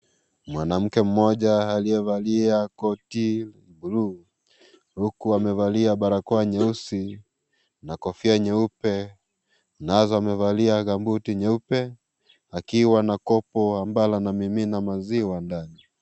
Mwanamke mmoja aliyevalia koti bluu huku amevalia barakoa nyeusi na kofia nyeupe nazo amevalia gambuti nyeupe akiwa na kopo ambalo lina mimina maziwa ndani.